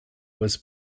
was